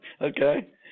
Okay